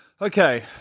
Okay